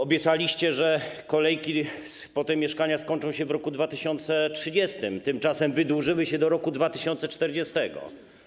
Obiecaliście, że kolejki po te mieszkania skończą się w roku 2030, tymczasem wydłużyły się do roku 2040.